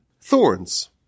thorns